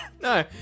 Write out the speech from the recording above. No